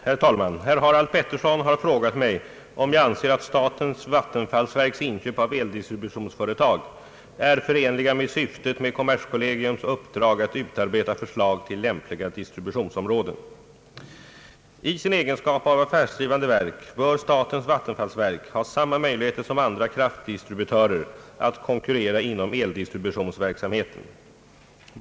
Herr talman! Herr Harald Pettersson har frågat mig om jag anser att statens vattenfallsverks inköp av eldistributionsföretag är förenliga med syftet med komerskollegiums uppdrag att utarbeta förslag till lämpliga distributionsområden. I sin egenskap av affärsdrivande verk bör statens vattenfallsverk ha samma möjligheter som andra kraftdistributörer att konkurrera inom eldistributionsverksamheten.